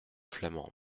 flamande